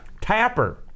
Tapper